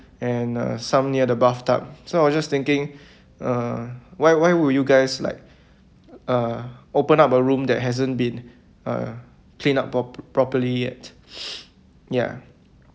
and uh some near the bathtub so I was just thinking uh why why would you guys like uh open up a room that hasn't been uh clean up pro~ properly yet ya